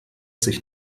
sich